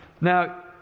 Now